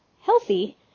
healthy